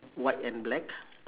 white and black